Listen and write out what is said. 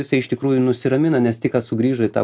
jisai iš tikrųjų nusiramina nes tik ką sugrįžo į tą